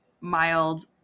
mild